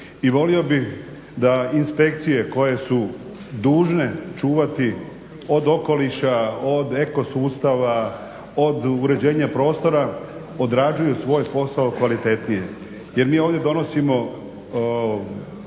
I volio bih da inspekcije koje su dužne čuvati od okoliša, od eko sustava, od uređenja prostora odrađuju svoj posao kvalitetnije jer mi ovdje donosimo